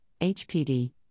HPD